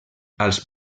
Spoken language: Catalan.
als